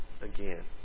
again